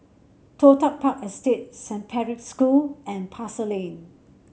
Toh Tuck Park Estate Saint Patrick's School and Pasar Lane